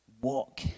walk